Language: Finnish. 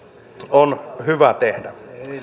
on hyvä tehdä